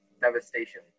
devastation